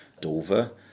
Dover